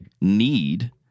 need